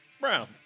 brown